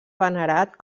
venerat